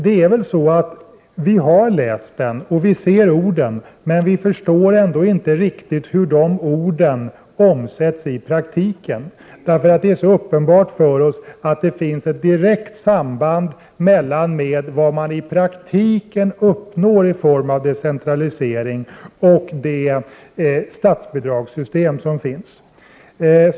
Det är väl så att vi har läst den och sett orden, men vi förstår ändå inte riktigt hur de orden omsätts i praktiken. Det är så uppenbart för oss att det finns ett direkt samband mellan vad som i praktiken uppnås i form av decentralisering och det statsbidragssystem som finns.